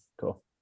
Cool